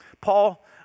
Paul